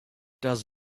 does